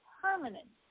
permanent